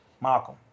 Malcolm